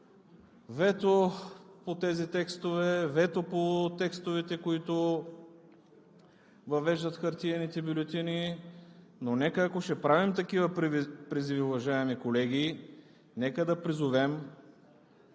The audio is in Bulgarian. вето по тези текстове – вето по текстовете, които въвеждат хартиените бюлетини. Ако ще правим такива призиви, уважаеми колеги, нека да призовем